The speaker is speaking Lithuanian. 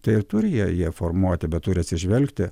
tai ir turi jie jie formuoti bet turi atsižvelgti